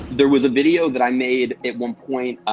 there was a video that i made at one point,